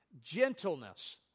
Gentleness